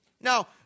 Now